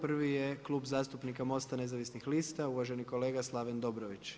Prvi je Klub zastupnika Most-a nezavisnih lista uvaženi kolega Slaven Dobrović.